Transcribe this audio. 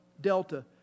Delta